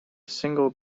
single